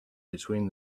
between